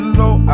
low